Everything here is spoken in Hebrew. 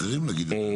האחרים להגיד את זה.